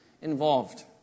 involved